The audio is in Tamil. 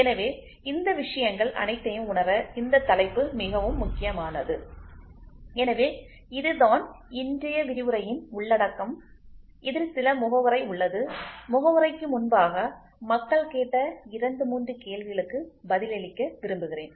எனவே இந்த விஷயங்கள் அனைத்தையும் உணர இந்த தலைப்பு மிகவும் முக்கியமானது எனவே இதுதான் இன்றைய விரிவுரையின் உள்ளடக்கம் இதில் சில முகவுரை உள்ளது முகவுரைக்கு முன்பாக மக்கள் கேட்ட இரண்டு மூன்று கேள்விகளுக்கு பதிலளிக்க விரும்புகிறேன்